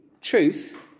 truth